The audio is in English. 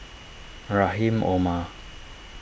Rahim Omar